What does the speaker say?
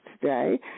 today